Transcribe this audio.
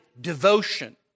devotion